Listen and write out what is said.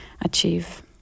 achieve